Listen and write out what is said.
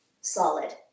solid